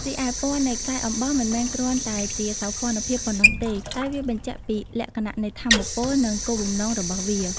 រីឯ ពណ៌នៃខ្សែអំបោះមិនមែនគ្រាន់តែជាសោភ័ណភាពប៉ុណ្ណោះទេ តែវាបញ្ជាក់ពី លក្ខណៈនៃថាមពល និងគោលបំណង របស់វា។